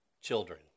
children